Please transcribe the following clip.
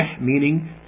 meaning